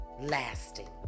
lasting